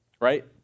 right